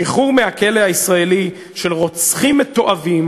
שחרור מהכלא הישראלי של רוצחים מתועבים